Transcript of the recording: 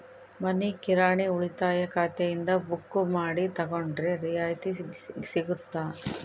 ಮನಿ ಕಿರಾಣಿ ಉಳಿತಾಯ ಖಾತೆಯಿಂದ ಬುಕ್ಕು ಮಾಡಿ ತಗೊಂಡರೆ ರಿಯಾಯಿತಿ ಸಿಗುತ್ತಾ?